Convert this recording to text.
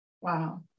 Wow